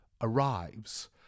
arrives